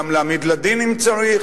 גם להעמיד לדין אם צריך,